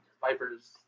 Vipers